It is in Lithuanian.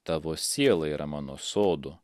tavo siela yra mano sodu